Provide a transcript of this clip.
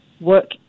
work